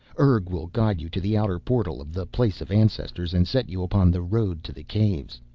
urg will guide you to the outer portal of the place of ancestors and set you upon the road to the caves.